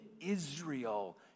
Israel